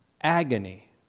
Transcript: agony